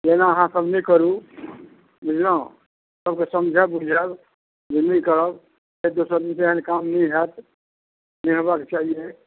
जे एना अहाँ सभ नहि करू बुझलहुॅं सभके समझायब बुझायब जे नहि करब फेर दोसर दिनसँ एहेन काम नहि होयत नहि हेबाक चाही ये